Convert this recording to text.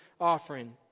Offering